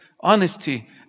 honesty